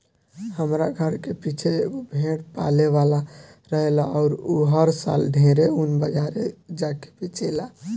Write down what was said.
हमरा घर के पीछे एगो भेड़ पाले वाला रहेला अउर उ हर साल ढेरे ऊन बाजारे जा के बेचेला